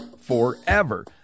Forever